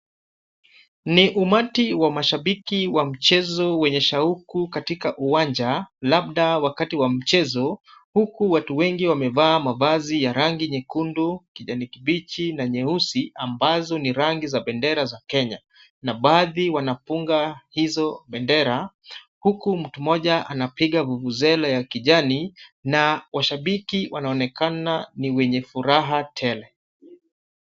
Ni umati wa mashabiki wa mchezo wenye shauku katika uwanja labda wakati wa mchezo huku watu wengi wamevaa mavazi ya rangi nyekundu, kijani kibichi na nyeusi ambazo ni rangi za bendera za Kenya na baadhi wanafunga hizo bendera huku mtu mmoja anapiga vuvuzela ya kijani na washabiki wanaonekana ni wenye furaha tele.